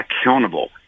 accountable